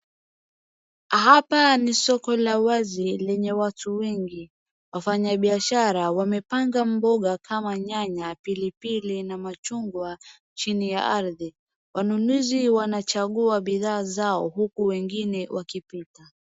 Hapa ni soko la wazi lenye watu wengi. Wafanyabiashara wamepanga mboga kama nyanya, pilipili na machungwa chini ya ardhi. Wanunuzi wanachagua bidhaa zao huku wengine wakipita.